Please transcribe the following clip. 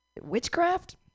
Witchcraft